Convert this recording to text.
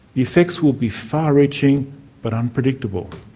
effects will be far-reaching but unpredictable.